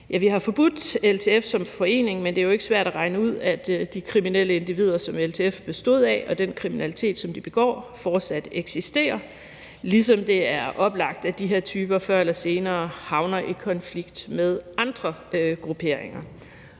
vi har forbudt LTF som forening, men det er jo ikke svært at regne ud, at de kriminelle individer, som LTF bestod af, og den kriminalitet, som de begår, fortsat eksisterer, ligesom det er oplagt, at de her typer før eller siden havner i konflikt med andre grupperinger.